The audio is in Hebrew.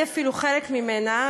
אני אפילו חלק ממנה,